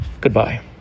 goodbye